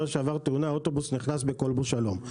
שעבר תאונה בה אוטובוס נכנס לכל בו שלום.